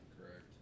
Correct